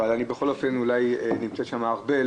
אבל אני בכל אופן אולי נמצאת שם ארבל